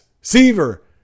Seaver